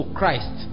Christ